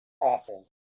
Awful